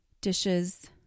dishes